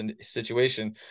situation